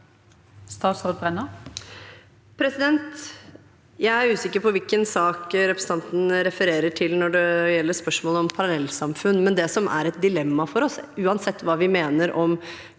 Jeg er usikker på hvilken sak representanten refererer til når det gjelder spørsmålet om parallellsamfunn. Det som er et dilemma for oss, uansett hva vi mener om